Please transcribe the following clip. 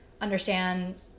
understand